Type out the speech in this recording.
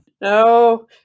No